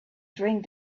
drink